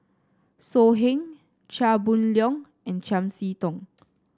So Heng Chia Boon Leong and Chiam See Tong